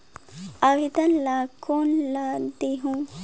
आवेदन ला कोन ला देहुं?